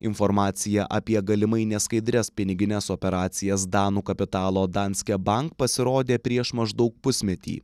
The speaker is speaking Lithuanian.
informacija apie galimai neskaidrias pinigines operacijas danų kapitalo danske bank pasirodė prieš maždaug pusmetį